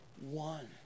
one